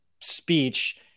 speech